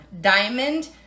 diamond